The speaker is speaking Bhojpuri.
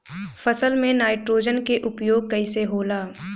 फसल में नाइट्रोजन के उपयोग कइसे होला?